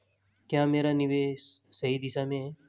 क्या मेरा निवेश सही दिशा में है?